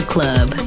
Club